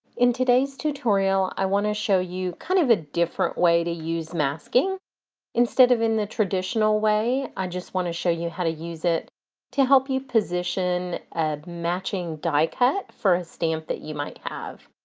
in today's tutorial, i want to show you kind of a different way to use masking instead of in the traditional way, i want to show you how to use it to help you position a matching die cut for a stamp that you might have.